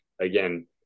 again